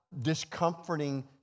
discomforting